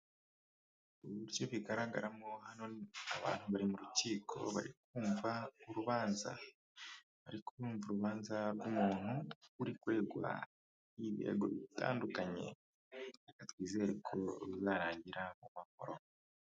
Uburyo bigaragaramo, bano ni abantu bari mu rukiko bari kumva urubanza, bari kumva urubanza rw'umuntu uri kuregwa ibirego bitandukanye, reka twizere ko ruzarangira mu mahororo.